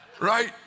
right